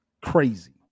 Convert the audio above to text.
Crazy